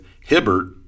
Hibbert